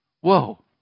Whoa